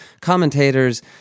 commentators